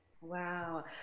Wow